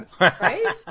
right